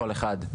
כל אחד.